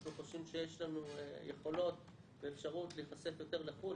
אנחנו חושבים שיש לנו יכולות ואפשרות להיחשף יותר לחו"ל.